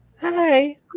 Hi